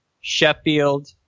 Sheffield